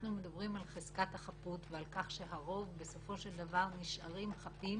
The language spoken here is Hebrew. אנחנו מדברים על חזקת החפות ועל כך שהרוב בסופו של דבר נשארים חפים,